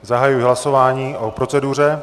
Zahajuji hlasování o proceduře.